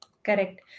Correct